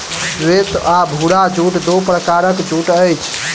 श्वेत आ भूरा जूट दू प्रकारक जूट अछि